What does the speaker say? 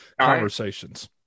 conversations